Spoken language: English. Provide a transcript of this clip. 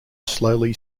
slowly